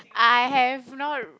I have no